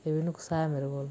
एह् बी नुक्सा ऐ मेरे कोल